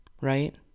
right